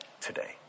today